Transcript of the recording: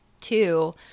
two